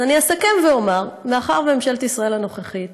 אני אסכם ואומר: מאחר שממשלת ישראל הנוכחית